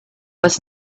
was